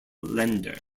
lender